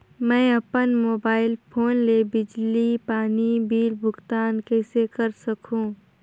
मैं अपन mobile phone ले बिजली पानी बिल भुगतान कइसे कर सकहुं?